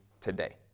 today